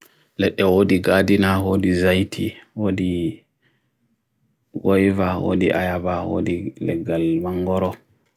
Neɓbi ɗe kala njummaji kala a waawna.